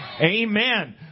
Amen